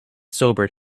sobered